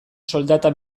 soldata